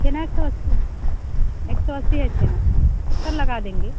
छेना एक सौ अस्सी एक सौ अस्सी है छेना सत्तर लगा देंगे